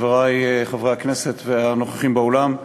חברי חברי הכנסת והנוכחים באולם,